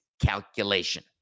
calculation